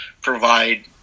provide